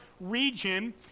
region